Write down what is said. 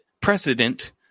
precedent